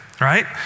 Right